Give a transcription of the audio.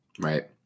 Right